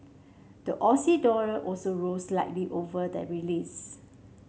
the Aussie dollar also rose slightly over the release